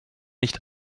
nicht